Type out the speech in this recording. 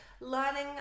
learning